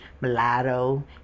mulatto